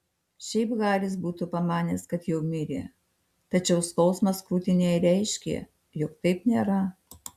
šiaip haris būtų pamanęs kad jau mirė tačiau skausmas krūtinėje reiškė jog taip nėra